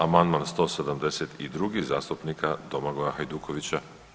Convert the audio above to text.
Amandman 172. zastupnika Domagoja Hajdukovića.